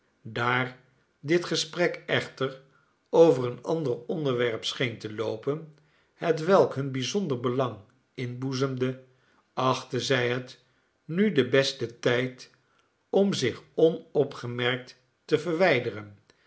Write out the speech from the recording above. daar dit gesprek echter over een ander onderwerp scheen te loopen hetwelk hun bijzonder belang inboezemde achtte zij het nu den besten tijd om zich onopgemerkt te verwijderen